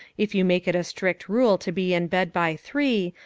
if you make it a strict rule to be in bed by three,